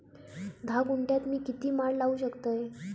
धा गुंठयात मी किती माड लावू शकतय?